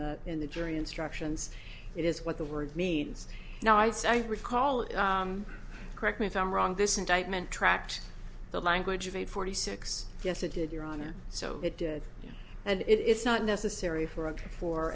the in the jury instructions it is what the word means now i say i recall it correct me if i'm wrong this indictment tracked the language of eight forty six yes it did your honor so it did and it is not necessary for a for